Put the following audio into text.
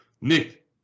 Nick